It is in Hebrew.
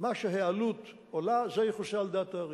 מה שהעלות עולה, זה יכוסה על-ידי התעריף.